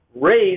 race